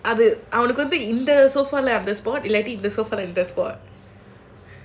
அது அவளுக்கு வந்து இந்த:adhu avaluku vandhu indha I take the sofa lah the spot